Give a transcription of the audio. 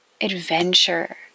adventure